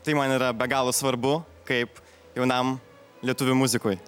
tai man yra be galo svarbu kaip jaunam lietuvių muzikui